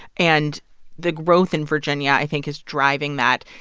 and the growth in virginia i think is driving that.